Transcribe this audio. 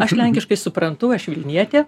aš lenkiškai suprantu aš vilnietė